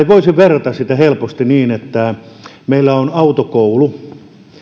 voisin verrata sitä helposti niin että meillä on autokoulu